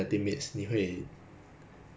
like why will I settle for anything less